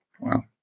Wow